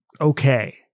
okay